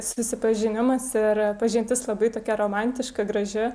susipažinimas ir pažintis labai tokia romantiška graži